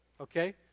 Okay